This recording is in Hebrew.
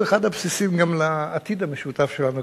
הוא אחד הבסיסים גם לעתיד המשותף שלנו